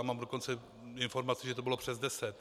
Mám dokonce informaci, že to bylo přes deset.